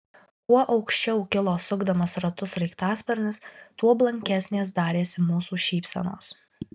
kuo aukščiau kilo sukdamas ratus sraigtasparnis tuo blankesnės darėsi mūsų šypsenos